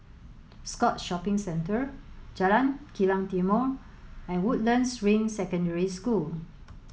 Scotts Shopping Centre Jalan Kilang Timor and Woodlands Ring Secondary School